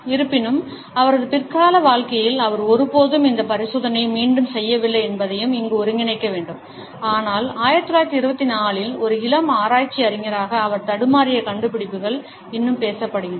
இருப்பினும் அவரது பிற்கால வாழ்க்கையில் அவர் ஒருபோதும் இந்த பரிசோதனையை மீண்டும் செய்யவில்லை என்பதையும் இங்கு ஒருங்கிணைக்க வேண்டும் ஆனால் 1924 இல் ஒரு இளம் ஆராய்ச்சி அறிஞராக அவர் தடுமாறிய கண்டுபிடிப்புகள் இன்னும் பேசப்படுகின்றன